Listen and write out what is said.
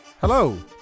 Hello